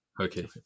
Okay